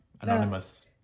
anonymous